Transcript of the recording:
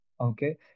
Okay